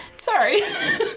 Sorry